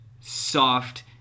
soft